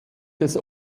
des